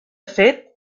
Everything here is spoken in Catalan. fet